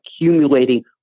accumulating